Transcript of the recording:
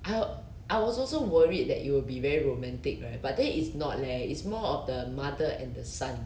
I I was also worried that it will be very romantic right but then it's not leh it's more of the mother and the son